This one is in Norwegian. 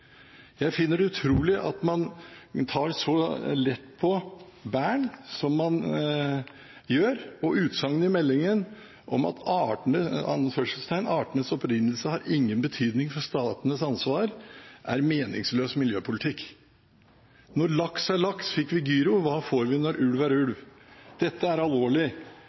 Jeg finner det utrolig at man tar så lett på Bern-konvensjonen som man gjør, og utsagnet i meldingen – «Artenes genetiske opprinnelse er ikke av betydning for statenes ansvar» – er meningsløs miljøpolitikk. Når laks er laks, fikk vi «gyro», hva får vi når ulv er ulv? Dette er alvorlig.